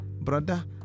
brother